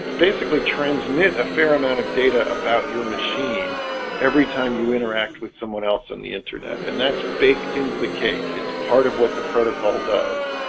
basically transmit a fair amount of data about your machine every time you interact with someone else on the internet and that's baked into the cake. it's part of what the protocol does